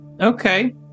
Okay